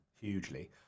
hugely